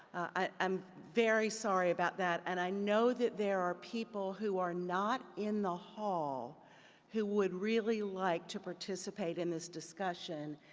i'm very sorry about that. and i know that there are people who are not in the hall who would really like to participate in this discussion,